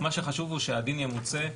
מה שחשוב הוא שהדין ימוצה,